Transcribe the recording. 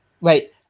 wait